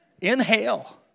Inhale